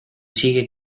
sigue